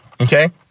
okay